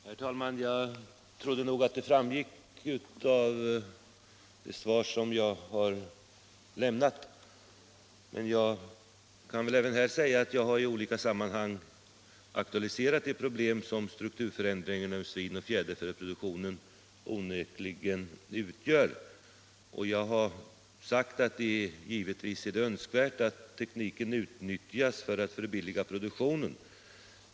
Herr talman! Jag trodde nog att det framgick av det svar som jag har lämnat, men jag kan väl även här säga att jag i olika sammanhang aktualiserat de problem som strukturförändringen inom svin och fjäderfäproduktion onekligen utgör. Jag har sagt att det givetvis är önskvärt att tekniken utnyttjas för att förbilliga produktionen.